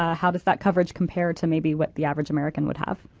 ah how does that coverage compare to maybe what the average american would have?